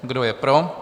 Kdo je pro?